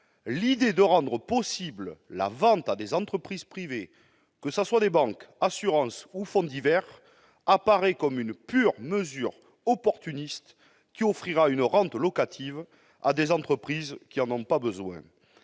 l'idée de rendre possible la vente à des entreprises privées, que ce soient des banques, des assurances ou des fonds divers, apparaît comme une pure mesure opportuniste, qui offrira une rente locative à des entreprises qui n'en ont pas besoin.